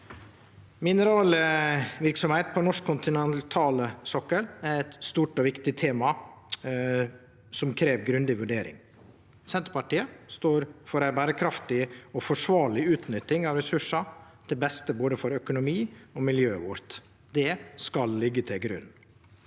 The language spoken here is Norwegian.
Mineralverksemd på norsk kontinentalsokkel er eit stort og viktig tema som krev grundig vurdering. Senterpartiet står for ei berekraftig og forsvarleg utnytting av ressursar til beste for både økonomien vår og miljøet vårt – det skal liggje til grunn.